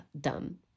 done